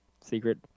secret